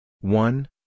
one